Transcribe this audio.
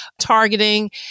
targeting